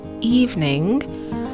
evening